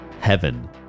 heaven